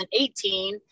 2018